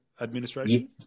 administration